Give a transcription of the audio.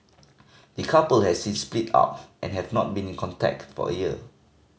the couple have since split up and have not been in contact for a year